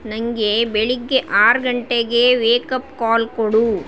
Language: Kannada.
ನನಗೆ ಬೆಳಗ್ಗೆ ಆರು ಗಂಟೆಗೆ ವೇಕಪ್ ಕಾಲ್ ಕೊಡು